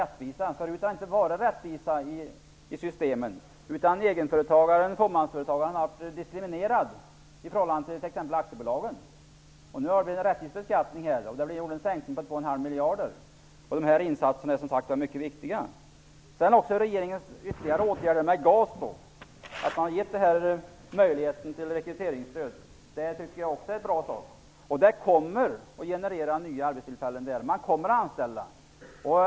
Tidigare fanns det ingen rättvisa i systemet, utan egenföretagen och fåmansföretagen var diskriminerade i förhållande till exempelvis aktiebolagen. Nu har en rättvis beskattning införts -- skatten har sänkts med 2,5 miljarder. Dessa insatser är mycket viktiga. Regeringens ytterligare åtgärder i fråga om GAS, med möjligheten till rekryteringsstöd, är också en bra sak. Det kommer att generera nya arbetstillfällen, och företagen kommer att anställa.